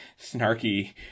snarky